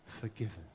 forgiven